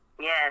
Yes